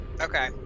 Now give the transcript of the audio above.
Okay